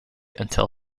until